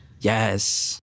Yes